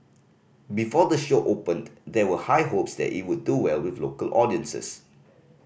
before the show opened there were high hopes that it would do well with local audiences